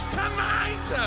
tonight